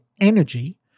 Energy